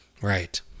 Right